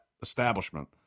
establishment